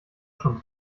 schon